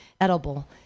edible